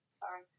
Sorry